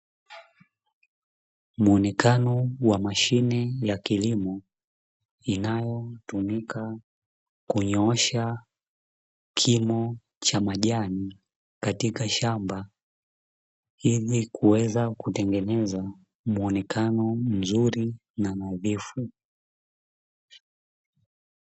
Muonekano wa mashine ya kilimo inayotumika kunyoosha kimo cha majani katika shamba lenye kuweza kutengeneza muonekano mzuri na nadhifu.